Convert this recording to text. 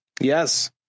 Yes